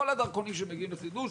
כל הדרכונים שמגיעים לחידוש,